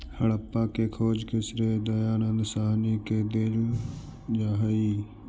हड़प्पा के खोज के श्रेय दयानन्द साहनी के देल जा हई